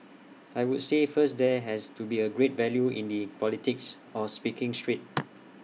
I would say first there has to be A great value in the politics of speaking straight